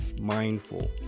mindful